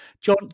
John